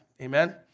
amen